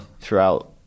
throughout